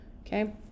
Okay